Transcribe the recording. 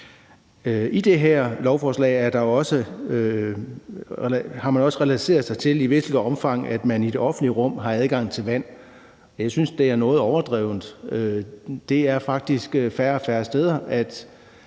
I det her lovforslag har man også relateret sig til, i hvilket omfang man i det offentlige rum har adgang til vand. Jeg synes, det er noget overdrevet. Det er faktisk færre og færre steder,